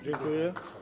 Dziękuję.